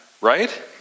Right